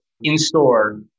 In-store